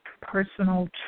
personal